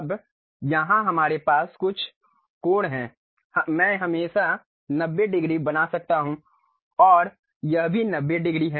अब यहाँ हमारे पास कुछ कोण हैं मैं हमेशा 90 डिग्री बना सकता हूँ और यह भी 90 डिग्री है